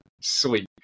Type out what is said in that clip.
sleep